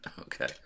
okay